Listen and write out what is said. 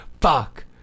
Fuck